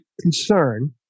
concern